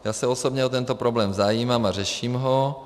Já se osobně o tento problém zajímám a řeším ho.